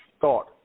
thought